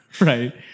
Right